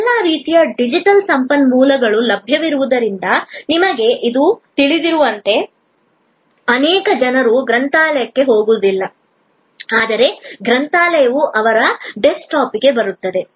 ಎಲ್ಲಾ ರೀತಿಯ ಡಿಜಿಟಲ್ ಸಂಪನ್ಮೂಲಗಳು ಲಭ್ಯವಿರುವುದರಿಂದ ನಿಮಗೆ ಇಂದು ತಿಳಿದಿರುವಂತೆ ಅನೇಕ ಜನರು ಗ್ರಂಥಾಲಯಕ್ಕೆ ಹೋಗುವುದಿಲ್ಲ ಆದರೆ ಗ್ರಂಥಾಲಯವು ಅವರ ಡೆಸ್ಕ್ಟಾಪ್ಗೆ ಬರುತ್ತದೆ